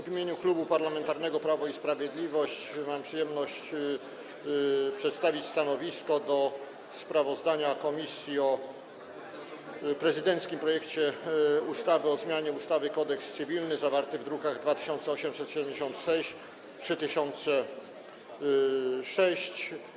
W imieniu Klubu Parlamentarnego Prawo i Sprawiedliwość mam przyjemność przedstawić stanowisko wobec sprawozdania komisji o prezydenckim projekcie ustawy o zmianie ustawy Kodeks cywilny, druki nr 2876 i 3006.